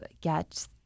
get